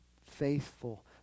faithful